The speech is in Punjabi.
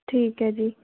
ਠੀਕ ਹੈ ਜੀ